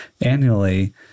annually